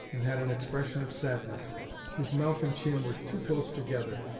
and had an expression of sadness his mouth and chin were too close together,